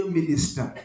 minister